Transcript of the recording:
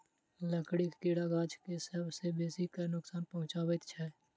लकड़ीक कीड़ा गाछ के सभ सॅ बेसी क नोकसान पहुचाबैत छै